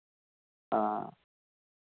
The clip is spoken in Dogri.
हां